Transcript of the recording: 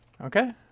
Okay